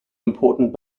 important